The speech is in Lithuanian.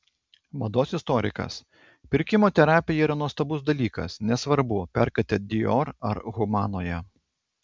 mados istorikas pirkimo terapija yra nuostabus dalykas nesvarbu perkate dior ar humanoje